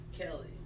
Kelly